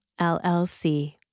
LLC